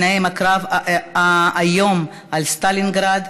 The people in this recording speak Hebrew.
ובהם הקרב האיום על סטלינגרד,